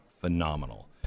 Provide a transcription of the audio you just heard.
phenomenal